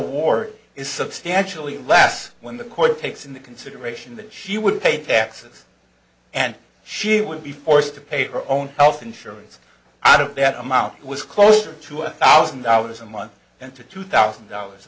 award is substantially less when the court takes into consideration that she would pay taxes and she would be forced to pay her own health insurance i bet amount was closer to a thousand dollars a month and to two thousand dollars a